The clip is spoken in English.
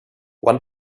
one